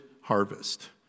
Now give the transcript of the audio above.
harvest